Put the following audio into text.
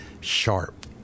sharp